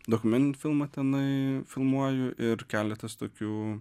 dokumentinį filmą tenai filmuoju ir keletas tokių